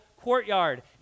courtyard